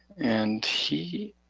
and he